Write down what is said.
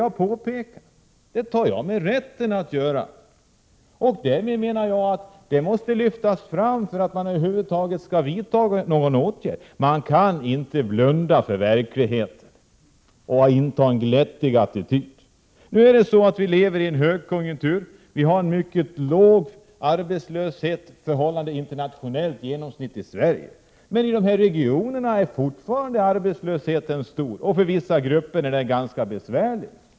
Jag tar mig rätten att påpeka det. Denna fråga måste lyftas fram för att man över huvud taget skall kunna vidta någon åtgärd. Man kan inte blunda för verkligheten och bara inta en glättig attityd. Nu lever vi i en högkonjunktur, vi har genomsnittligt sett en mycket låg arbetslöshet i Sverige i förhållande till omvärlden, men i de regioner som vi nu talar om är arbetslösheten fortfarande stor, och för vissa grupper är den ganska besvärlig.